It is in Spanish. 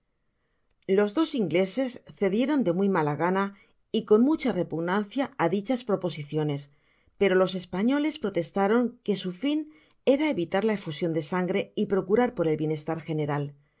los dos ingleses cedieron de muy mala gan a y con mucha repugnancia á dichas proposiciones pero los españoles protestaron que su fin era evitar la efusion de sangre y procurar por el bienestar general